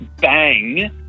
bang